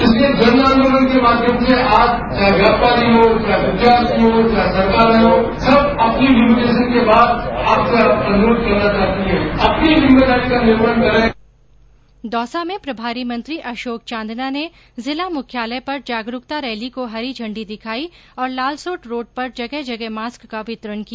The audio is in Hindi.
इधर दौसा में प्रभारी मंत्री अशोक चांदना ने जिला मुख्यालय पर जागरूकता रैली को हरी झंडी दिखाई और लालसोट रोड़ पर जगह जगह मास्क का वितरण किया